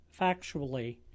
factually